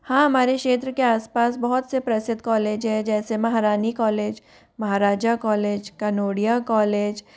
हाँ हमारे क्षेत्र के आस पास बहुत से प्रसिद्ध कॉलेज हैं जैसे Maharani college Maharaja college Kanodia college